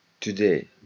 today